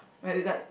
might be like